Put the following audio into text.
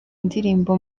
ndirimbo